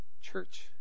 Church